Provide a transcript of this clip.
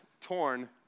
torn